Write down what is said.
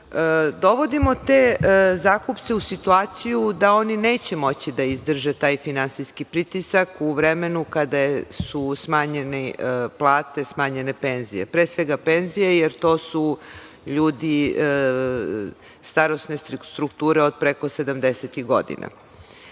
dovodimo te zakupce u situaciju da oni neće moći da izdrže taj finansijski pritisak u vremenu kada su smanjene plate, smanjene penzije, pre svega penzije, jer to su ljudi starosne strukture od preko 70 godina. Država